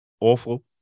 awful